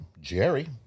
Jerry